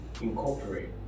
incorporate